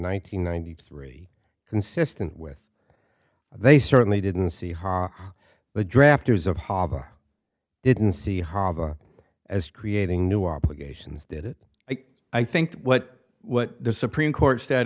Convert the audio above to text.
hundred ninety three consistent with they certainly didn't see how the drafters of hava didn't see haga as creating new obligations did it i think what what the supreme court said